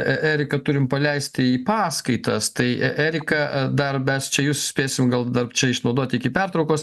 erika turim paleisti į paskaitas tai erika dar mes čia jus spėsime gal dar čia išnaudoti iki pertraukos